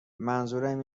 منظورم